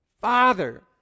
Father